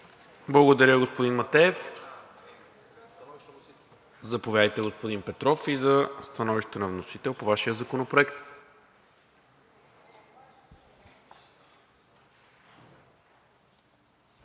Благодаря, господин Матеев. Заповядайте, господин Петров, и за становище на вносител по Вашия законопроект.